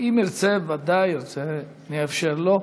אם ירצה, בוודאי נאפשר לו.